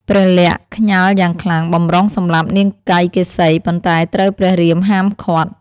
ព្រះ លក្សណ៍ខ្ញាល់យ៉ាងខ្លាំងបម្រុងសម្លាប់នាងកៃកេសី ប៉ុន្តែត្រូវព្រះរាមហាមឃាត់។